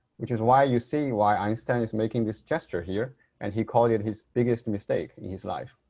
which is why you see why einstein is making this gesture here and he called it his biggest mistake in his life.